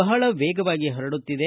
ಬಹಳ ವೇಗವಾಗಿ ಪರಡುತ್ತಿದೆ